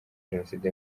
jenoside